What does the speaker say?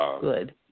Good